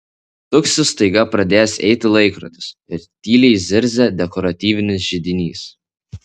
tuksi staiga pradėjęs eiti laikrodis ir tyliai zirzia dekoratyvinis židinys